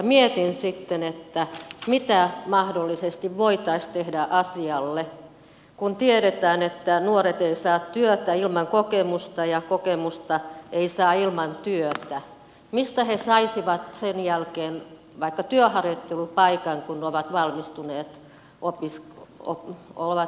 mietin sitten mitä mahdollisesti voitaisiin tehdä asialle kun tiedetään että nuoret eivät saa työtä ilman kokemusta ja kokemusta ei saa ilman työtä mistä he saisivat sen jälkeen vaikka työharjoittelupaikan kun ovat valmistuneet ammattiin